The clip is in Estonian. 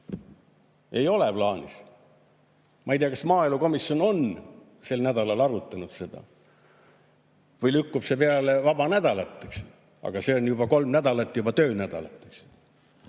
ei ole plaanis. Ma ei tea, kas maaelukomisjon on sel nädalal arutanud seda või lükkub see peale vaba nädalat. Aga see on juba kolm nädalat, töönädalat, eks.